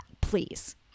please